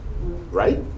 right